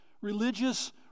Religious